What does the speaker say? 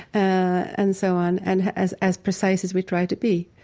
and so on. and as as precise as we try to be,